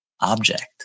object